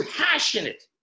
passionate